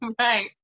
Right